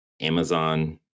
Amazon